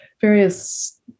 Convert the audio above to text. various